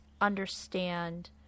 understand